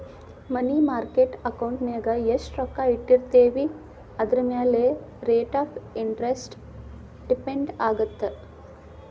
ಮನಿ market ಅಕೌಂಟಿನ್ಯಾಗ ಎಷ್ಟ್ ರೊಕ್ಕ ಇಟ್ಟಿರ್ತೇವಿ ಅದರಮ್ಯಾಲೆ ರೇಟ್ ಆಫ್ ಇಂಟರೆಸ್ಟ್ ಡಿಪೆಂಡ್ ಆಗತ್ತ